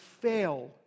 fail